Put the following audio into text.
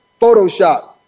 Photoshop